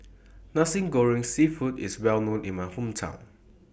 Nasi Goreng Seafood IS Well known in My Hometown